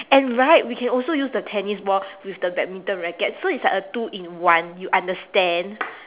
and right we can also use the tennis ball with the badminton racket so it's like a two in one you understand